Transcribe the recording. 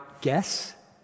guess